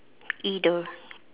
either